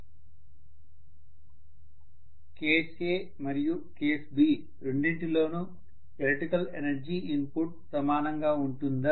student case మరియు case రెండింటి లోను ఎలక్ట్రికల్ ఎనర్జీ ఇన్పుట్ సమానంగా ఉంటుందా